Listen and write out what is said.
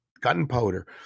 gunpowder